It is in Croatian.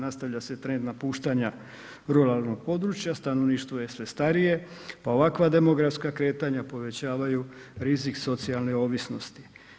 Nastavlja se trend napuštanja ruralnog područja, stanovništvo je sve starije, pa ovakva demografska kretanja povećavaju rizik socijalne ovisnosti.